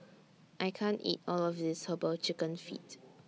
I can't eat All of This Herbal Chicken Feet